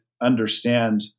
understand